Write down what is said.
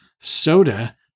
soda